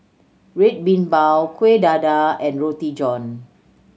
Red Bean Bao Kueh Dadar and Roti John